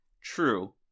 True